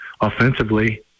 offensively